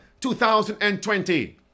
2020